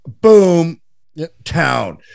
Boomtown